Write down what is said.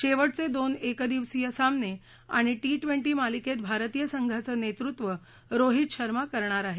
शेवटचे दोन एकदिवसीय सामने आणि टी टवेंटी मालिकेत भारतीय संघाचं नेतृत्व रोहीत शर्मा करणार आहे